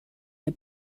der